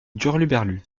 d’hurluberlus